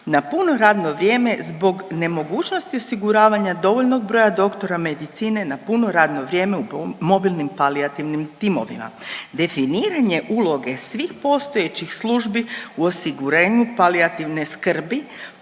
na puno radno vrijeme zbog nemogućnosti osiguravanja dovoljnog broja doktora medicine na puno radno vrijeme u mobilnim palijativnim timovima. Definiranje uloge svih postojećih službi u osiguranju palijativne skrbi